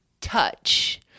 touch